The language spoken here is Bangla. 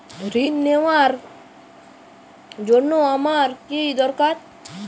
ঋণ নেওয়ার জন্য আমার কী দরকার?